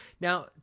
Now